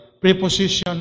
preposition